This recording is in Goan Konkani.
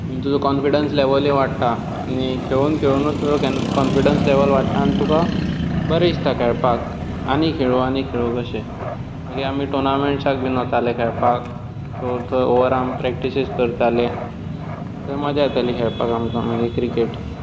आनी तुजो काॅन्फिडेन्स लेवलूय वाडटा आनी खेळून खेळुनूच केन्ना काॅन्फिडेन्स लेवल वाडटा आनी तुका बरें दिसता खेळपाक आनी खेळूं आनी खेळूं कशे मागीर आमी टोर्नामेंन्टसाक बी वताले खेळपाक सो थंय ओवर आर्म प्रेक्टीसीस करताले थंय मजा येताली खेळपाक आमकां मागीर क्रिकेट